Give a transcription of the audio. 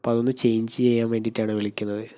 അപ്പോൾ അതൊന്ന് ചേയ്ഞ്ച് ചെയ്യാൻ വേണ്ടിയിട്ടാണ് വിളിക്കുന്നത്